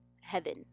heaven